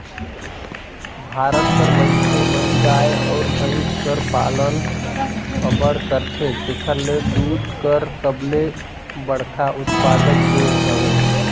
भारत कर मइनसे मन गाय अउ भंइस कर पालन अब्बड़ करथे जेकर ले दूद कर सबले बड़खा उत्पादक देस हवे